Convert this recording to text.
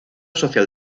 social